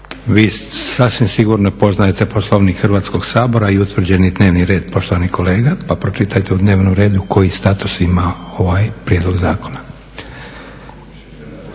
Vi sasvim sigurno poznajete Poslovnik Hrvatskog sabora i utvrđeni dnevni red poštovani kolega, pa pročitajte u dnevnom redu koji status ima ovaj prijedlog zakona.